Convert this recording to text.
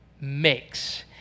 makes